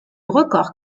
record